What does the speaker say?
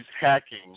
hacking